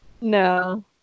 No